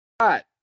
hot